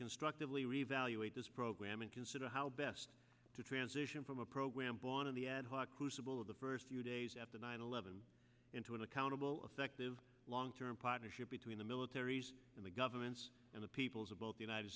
constructively revaluate this program and consider how best to transition from a program born of the ad hoc crucible of the first few days after nine eleven into an accountable effective long term partnership between the militaries and the governments and the peoples of both the united